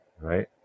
right